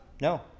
No